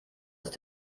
ist